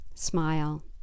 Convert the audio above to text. smile